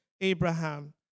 Abraham